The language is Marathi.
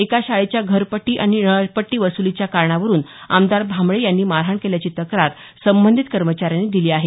एका शाळेच्या घरपट्टी आणि नळपट्टी वसुलीच्या कारणावरुन आमदार भांबळे यांनी मारहाण केल्याची तक्रार संबंधित कर्मचाऱ्यांनी दिली आहे